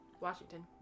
Washington